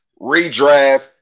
Redraft